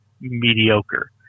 mediocre